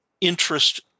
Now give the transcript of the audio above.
interest